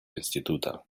института